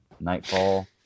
Nightfall